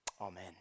Amen